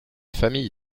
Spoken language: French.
famille